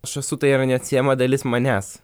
aš esu tai yra neatsiejama dalis manęs